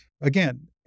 Again